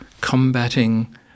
combating